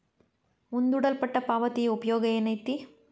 ಮುಂದೂಡಲ್ಪಟ್ಟ ಪಾವತಿಯ ಉಪಯೋಗ ಏನೈತಿ